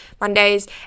Mondays